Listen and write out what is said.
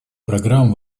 программ